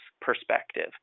perspective